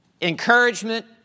encouragement